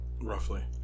Roughly